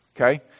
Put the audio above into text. Okay